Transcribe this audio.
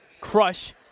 Crush